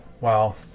wow